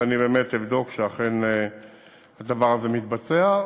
ואני באמת אבדוק שאכן הדבר הזה מתבצע.